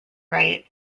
wright